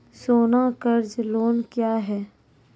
सोना कर्ज लोन क्या हैं?